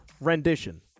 rendition